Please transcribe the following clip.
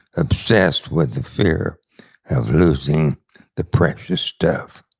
obsessed with the fear of losing the precious stuff.